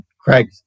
Craig